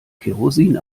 kerosin